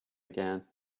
again